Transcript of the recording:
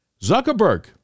Zuckerberg